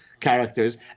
characters